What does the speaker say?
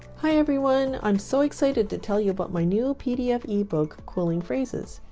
hi everyone! i'm so excited to tell you about my new pdf ebook, quilling phrases.